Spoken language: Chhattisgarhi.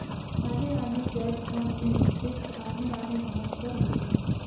आने आने जाएत मन में टेक्स आने आने ढंग कर होथे